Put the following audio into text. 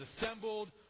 assembled